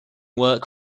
work